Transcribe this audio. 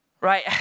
Right